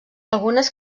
algunes